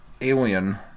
Alien